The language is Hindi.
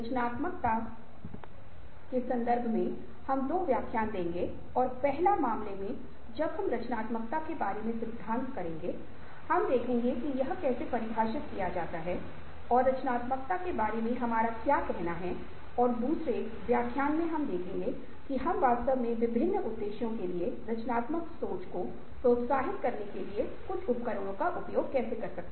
रचनात्मकता के संदर्भ में हम 2 व्याख्यान देंगे और पहला मामले मे जब हम रचनात्मकता के बारे में सिद्धांत करेंगे हम देखेंगे कि यह कैसे परिभाषित किया जाता है और रचनात्मकता के बारे में हमारा क्या कहना है और दूसरे व्याख्यान में हम देखेंगे कि हम वास्तव में विभिन्न उद्देश्यों के लिए रचनात्मक सोच को प्रोत्साहित करने के लिए कुछ उपकरणों का उपयोग कैसे करें